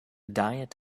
diet